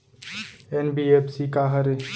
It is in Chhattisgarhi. एन.बी.एफ.सी का हरे?